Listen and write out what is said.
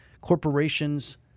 Corporations